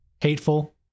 Hateful